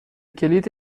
کلید